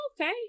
Okay